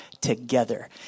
together